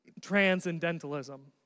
transcendentalism